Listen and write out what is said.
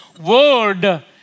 Word